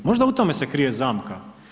Možda u tome se krije zamka.